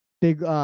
Big